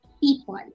people